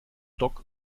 dock